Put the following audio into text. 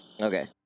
Okay